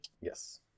Yes